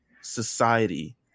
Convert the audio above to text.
society